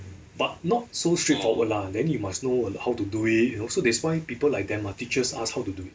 but not so straightforward lah then you must know how to do it you know so that's why people like them ah teaches us how to do